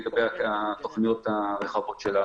לגבי התכניות הרחבות.